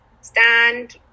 stand